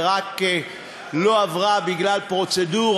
ולא עברה רק בגלל פרוצדורה,